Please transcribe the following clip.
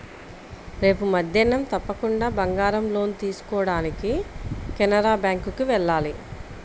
రేపు మద్దేన్నం తప్పకుండా బంగారం పైన లోన్ తీసుకోడానికి కెనరా బ్యేంకుకి వెళ్ళాలి